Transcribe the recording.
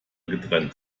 getrennt